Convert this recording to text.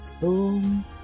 Boom